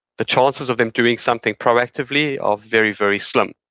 the chances of them doing something proactively are very, very slim